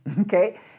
okay